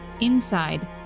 Inside